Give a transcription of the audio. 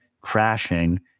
crashing